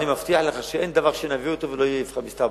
אני מבטיח לך שאין דבר שנביא אותו ולא יהיה איפכא מסתברא,